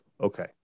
Okay